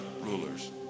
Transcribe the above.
rulers